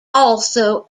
also